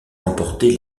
remporter